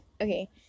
Okay